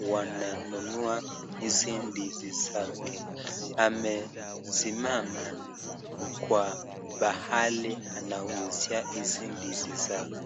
wana nunua hizi ndizi zake , amesimama kwa pahali anauzia hizi ndizi zake.